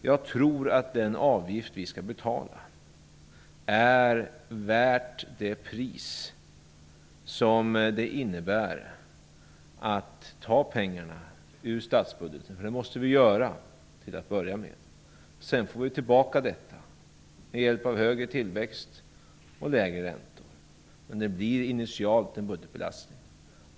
Jag tror att den avgift som vi skall betala är värd det pris som det innebär att ta pengarna ur statsbudgeten, vilket vi till att börja med måste göra. Sedan får vi tillbaka detta med hjälp av högre tillväxt och lägre räntor, men det blir initialt en budgetbelastning.